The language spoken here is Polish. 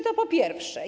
To po pierwsze.